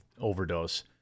overdose